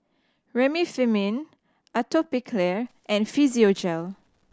Remifemin Atopiclair and Physiogel